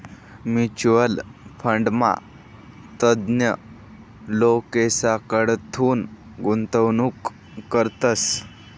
mutual फंडमा तज्ञ लोकेसकडथून गुंतवणूक करतस